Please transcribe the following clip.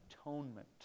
atonement